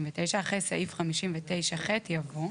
אחרי סעיף 59ח יבוא: